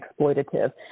exploitative